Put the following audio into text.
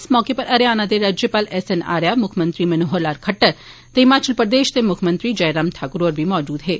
इस मौके हरियाणा दे राज्यपाल एस एस आर्या म्क्ख मंत्री मोहर लाल खट्टर ते हिमाचल प्रदेश दे म्क्खमंत्री जय राम ठाक्र होर बी मौजूद हे